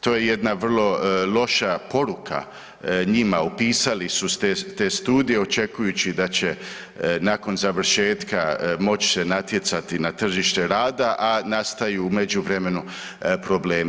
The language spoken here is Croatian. To je jedna vrlo loša poruka njima, upisali su te studije očekujući da će nakon završetka moći se natjecati na tržište rada, a nastaju u međuvremenu problemi.